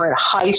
high